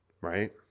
right